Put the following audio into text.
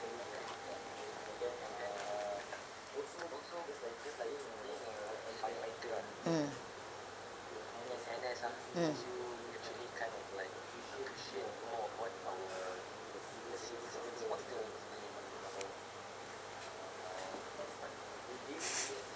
mm mm mm